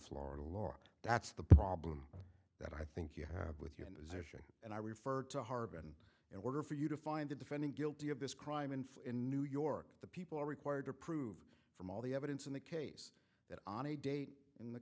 florida law that's the problem that i think you have with you and i refer to harben in order for you to find the defendant guilty of this crime in new york the people are required to prove from all the evidence in the case that on a date in the